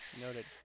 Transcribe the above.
Noted